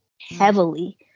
heavily